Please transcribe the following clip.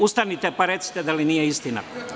Ustanite, pa recite da li nije istina.